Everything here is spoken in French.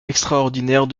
extraordinaire